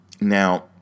Now